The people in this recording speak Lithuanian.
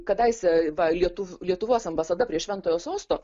kadaise va lietuvių lietuvos ambasada prie šventojo sosto